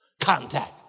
contact